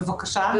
בבקשה,